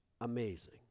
Amazing